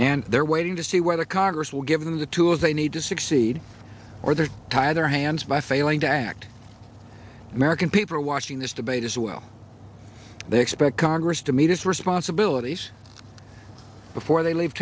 and they're waiting to see whether congress will give them the tools they need to succeed or they are tied their hands by failing to act american people are watching this debate as well they expect congress to meet its responsibilities before they leave